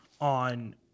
on